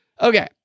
Okay